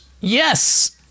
Yes